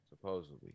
Supposedly